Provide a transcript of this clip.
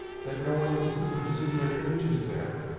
that no one has even seen their images there!